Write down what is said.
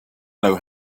know